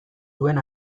duen